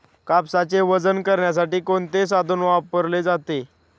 कापसाचे वजन करण्यासाठी कोणते साधन वापरले जाते?